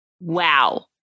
Wow